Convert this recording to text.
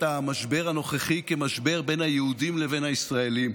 המשבר הנוכחי כמשבר בין היהודים לבין הישראלים.